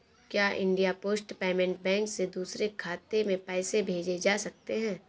क्या India post payment bank से दूसरे खाते में पैसे भेजे जा सकते हैं?